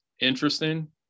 interesting